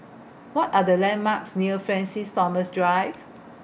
What Are The landmarks near Francis Thomas Drive